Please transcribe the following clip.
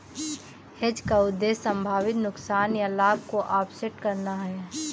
hedge का उद्देश्य संभावित नुकसान या लाभ को ऑफसेट करना है